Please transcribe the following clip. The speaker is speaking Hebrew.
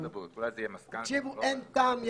תקשיבו, אין טעם.